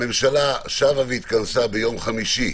הממשלה שבה והתכנסה ביום חמישי,